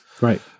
Right